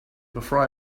before